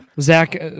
Zach